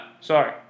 sorry